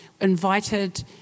invited